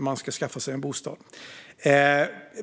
man ska skaffa sig en bostad.